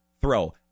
throw